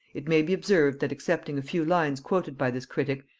it may be observed, that excepting a few lines quoted by this critic,